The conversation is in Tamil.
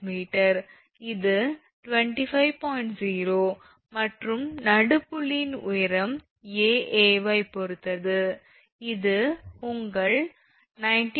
0 மற்றும் நடுப்புள்ளியின் உயரம் 𝐴 𝐴 ஐப் பொறுத்து இது உங்கள் 19